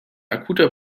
akuter